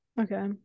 Okay